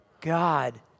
God